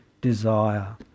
desire